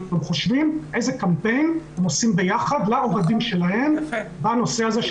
הם חושבים איזה קמפיין הם עושים ביחד לאוהדים שלהם בנושא הזה של